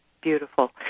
Beautiful